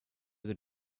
good